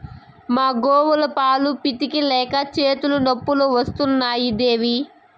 మా గోవుల పాలు పితిక లేక చేతులు నొప్పులు వస్తున్నాయి దేవీ